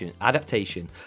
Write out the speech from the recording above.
adaptation